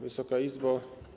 Wysoka Izbo!